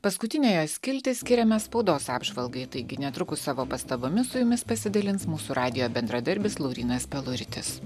paskutiniąją skiltį skiriame spaudos apžvalgą taigi netrukus savo pastabomis su jumis pasidalins mūsų radijo bendradarbis laurynas peluritis